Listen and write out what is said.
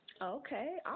Okay